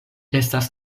estas